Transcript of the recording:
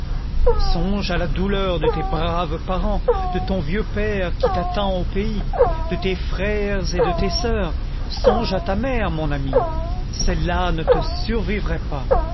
songe à la douleur de tes braves parents de ton vieux père qui t'attend au pays de tes frères et de tes sœurs songe à ta mère mon ami celle-là ne te survivrait pas